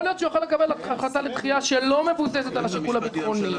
יכול להיות שהוא יוכל לקבל החלטה לדחייה שלא מבוססת על השיקול הביטחוני.